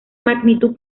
magnitud